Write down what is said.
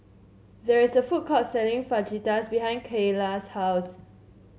there is a food court selling Fajitas behind Keyla's house